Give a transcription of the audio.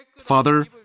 Father